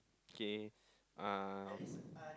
okay uh